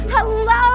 Hello